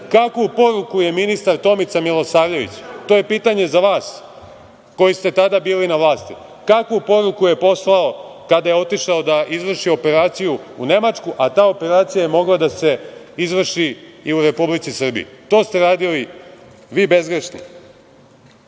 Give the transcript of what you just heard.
poruku je ministar Tomica Milosavljević, to je pitanje za vas koji ste tada bili na vlasti, kakvu poruku je poslao kada je otišao da izvrši operaciju u Nemačku, a ta operacija je mogla da se izvrši i u Republici Srbiji? To ste radili vi bezgrešni. Vi